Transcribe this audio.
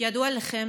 כידוע לכם,